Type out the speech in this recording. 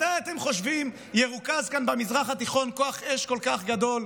מתי אתם חושבים ירוכז כאן במזרח התיכון כוח אש כל כך גדול,